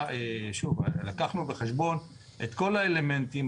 לקחנו בחשבון את כל האלמנטים,